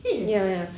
serious